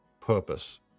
purpose